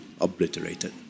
obliterated